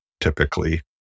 typically